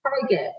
target